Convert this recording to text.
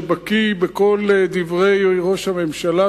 שבקי בכל דברי ראש הממשלה,